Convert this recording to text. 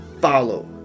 follow